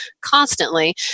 constantly